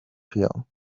here